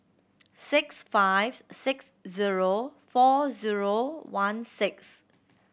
six five six zero four zero one six